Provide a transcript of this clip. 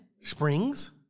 Springs